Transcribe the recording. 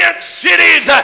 cities